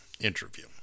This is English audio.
interview